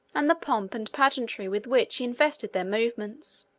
and the pomp and pageantry with which he invested their movements.